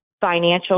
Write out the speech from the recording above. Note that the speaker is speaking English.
financial